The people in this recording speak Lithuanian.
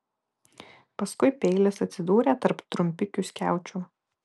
paskui peilis atsidūrė tarp trumpikių skiaučių